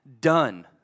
done